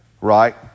right